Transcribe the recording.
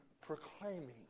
proclaiming